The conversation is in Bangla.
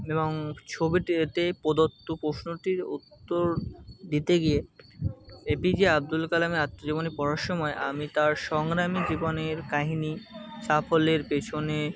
এবং ছবিটিতে প্রদত্ত প্রশ্নটির উত্তর দিতে গিয়ে এপিজে আবদুল কালামের আত্মজীবনী পড়ার সময় আমি তার সংগ্রামী জীবনের কাহিনি সাফল্যের পেছনে